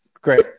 Great